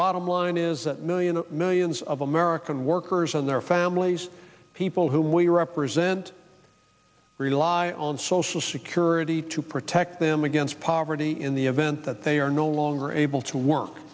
bottom line is that million millions of american workers and their families people whom we represent rely on social security to protect them against poverty in the event that they are no longer able to work